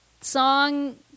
song